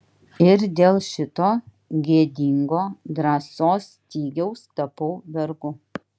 ir dėl šito gėdingo drąsos stygiaus tapau vergu